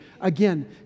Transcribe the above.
Again